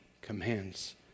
commands